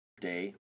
day